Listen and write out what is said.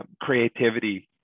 creativity